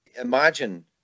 imagine